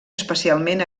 especialment